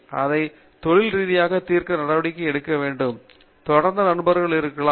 அதை தொழில் ரீதியாக தீர்க்க நடவடிக்கை எடுக்க வேண்டும் தொடர்ந்து நண்பர்களாக இருக்கலாம்